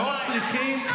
-- לא צריכים,